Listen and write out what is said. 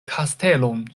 kastelon